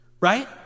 Right